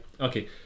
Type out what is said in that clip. Okay